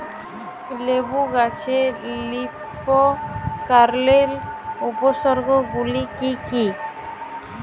লেবু গাছে লীফকার্লের উপসর্গ গুলি কি কী?